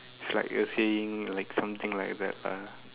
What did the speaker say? it's like you're saying like something like that lah